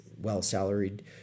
well-salaried